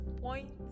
point